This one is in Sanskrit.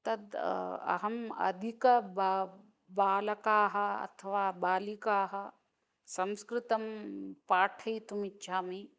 तत् अहम् अधिकाः ब बालकान् अथवा बालिकाः संस्कृतं पाठयितुम् इच्छामि